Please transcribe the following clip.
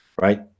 right